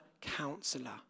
counselor